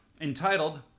entitled